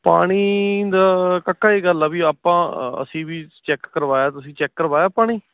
ਪਾਣੀ ਦਾ ਕਾਕਾ ਇਹ ਗੱਲ ਆ ਵੀ ਆਪਾਂ ਅਸੀਂ ਵੀ ਚੈੱਕ ਕਰਵਾਇਆ ਤੁਸੀਂ ਚੈੱਕ ਕਰਵਾਇਆ ਪਾਣੀ